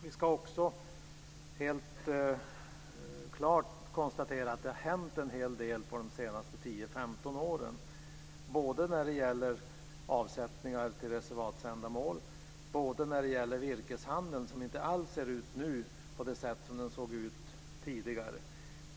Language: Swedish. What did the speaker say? Vi ska också helt klart konstatera att det har hänt en hel del de senaste 10-15 åren både när det gäller avsättningar till reservatsändamål och när det gäller virkeshandeln, som nu inte alls ser ut på det sätt som den gjorde tidigare.